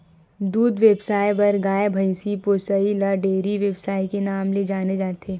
दूद बेवसाय बर गाय, भइसी पोसइ ल डेयरी बेवसाय के नांव ले जाने जाथे